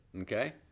Okay